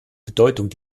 bedeutung